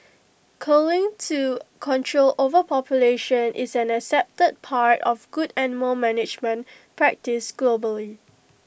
culling to control overpopulation is an accepted part of good animal management practice globally